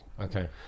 okay